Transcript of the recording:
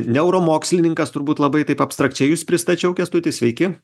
neuromokslininkas turbūt labai taip abstrakčiai jus pristačiau kęstuti sveiki